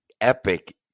epic